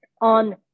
On